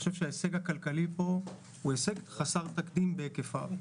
ההישג הכלכלי פה הוא הישג חסר תקדים בהיקפו,